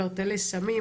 קרטלי סמים,